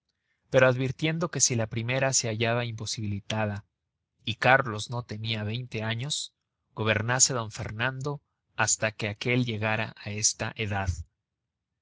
pero advirtiendo que si la primera se hallaba imposibilitada y cárlos no tenia veinte años gobernase d fernando hasta que aquel llegara á esta edad